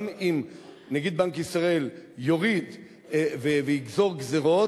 גם אם נגיד בנק ישראל יוריד ויגזור גזירות,